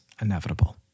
inevitable